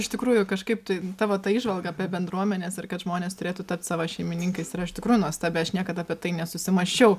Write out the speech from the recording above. iš tikrųjų kažkaip tai tavo ta įžvalga apie bendruomenes ir kad žmonės turėtų tapt savo šeimininkais yra iš tikrųjų nuostabi aš niekad apie tai nesusimąsčiau